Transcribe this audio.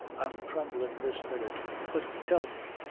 i'm thremblin' this minute but tell me,